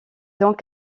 donc